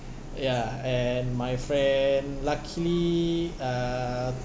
ya and my friend luckily uh